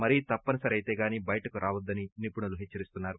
మరీ తప్పని సరి అయితే గానీ బయటకు రావద్దని నిపుణులు హెచ్చరిస్తున్నారు